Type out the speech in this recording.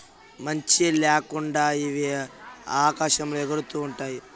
మంచి ల్యాకుండా ఇవి ఆకాశంలో ఎగురుతూ ఉంటాయి